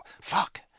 fuck